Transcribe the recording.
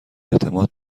اعتماد